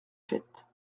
faite